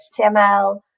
HTML